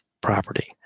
property